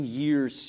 years